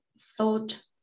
thought